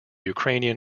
ukrainian